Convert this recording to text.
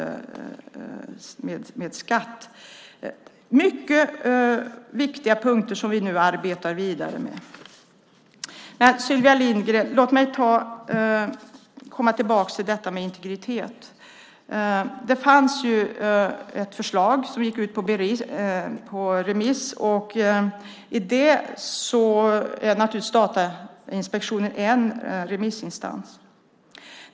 Det här är viktiga punkter som vi arbetar vidare med. Låt mig komma tillbaka till frågan om integritet, Sylvia Lindgren. Det fanns ett förslag som gick ut på remiss. Datainspektionen är naturligtvis en remissinstans.